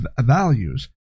values